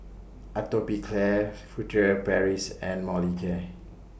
Atopiclair Furtere Paris and Molicare